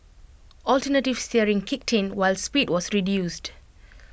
alternative steering kicked in while speed was reduced